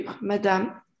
madame